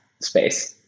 space